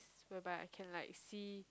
whereby I can like see